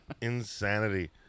Insanity